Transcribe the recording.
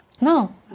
No